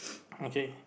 okay